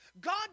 God